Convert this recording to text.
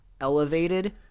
elevated